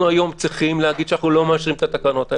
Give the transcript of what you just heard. אנחנו צריכים להגיד היום שאנחנו לא מאשרים את התקנות האלה,